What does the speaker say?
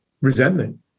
resentment